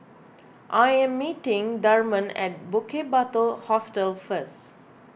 I am meeting Thurman at Bukit Batok Hostel first